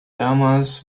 damals